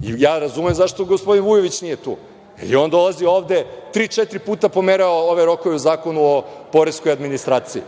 ministarka. Razumem zašto gospodin Vujović nije tu. On je dolazio ovde tri, četiri puta i pomerao ove rokove u Zakonu o poreskoj administraciji